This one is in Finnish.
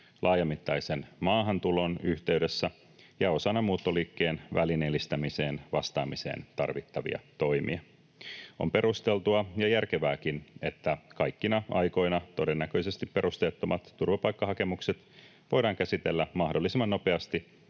laajamittaisen maahantulon yhteydessä ja osana muuttoliikkeen välineellistämiseen vastaamiseen tarvittavia toimia. On perusteltua ja järkevääkin, että kaikkina aikoina todennäköisesti perusteettomat turvapaikkahakemukset voidaan käsitellä mahdollisimman nopeasti